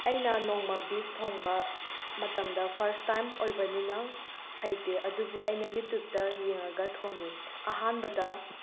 ꯑꯩꯅ ꯅꯣꯡꯃ ꯕꯤꯐ ꯊꯣꯡꯕ ꯃꯇꯝꯗ ꯐꯥꯔꯁ ꯇꯥꯏꯝ ꯑꯣꯏꯕꯅꯤꯅ ꯍꯩꯇꯦ ꯑꯗꯨꯕꯨ ꯑꯩꯅ ꯌꯨꯇꯨꯕꯇ ꯌꯦꯡꯉꯥꯒ ꯊꯣꯡꯉꯤ ꯑꯍꯥꯟꯕꯗ